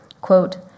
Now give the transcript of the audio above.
Quote